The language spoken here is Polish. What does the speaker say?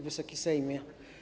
Wysoki Sejmie!